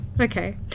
Okay